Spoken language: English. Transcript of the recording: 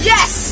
Yes